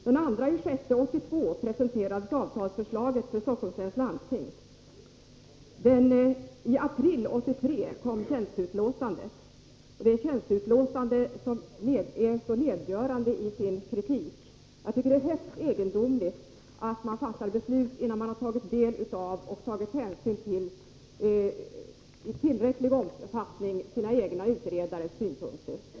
Den 2 juni 1982 presenterades avtalsförslaget för Stockholms läns landsting. I april 1983 kom det tjänsteutlåtande som var så nedgörande i sin kritik. Jag tycker att det är högst egendomligt att man fattar beslut innan man tagit del av och i tillräcklig omfattning tagit hänsyn till sina egna utredares synpunkter.